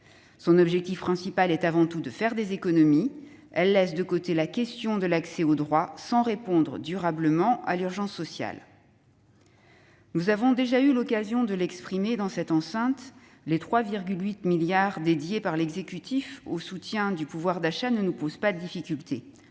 Son objectif principal était avant tout de faire des économies, et elle laissait de côté la question de l'accès aux droits, sans répondre durablement à l'urgence sociale. Nous avons déjà eu l'occasion de le dire dans cette enceinte : les 3,8 milliards d'euros que l'exécutif consacre au soutien du pouvoir d'achat ne nous posent aucune difficulté.